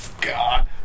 God